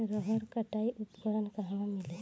रहर कटाई उपकरण कहवा मिली?